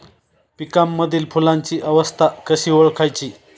पिकांमधील फुलांची अवस्था कशी ओळखायची?